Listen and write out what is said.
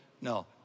no